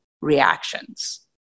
reactions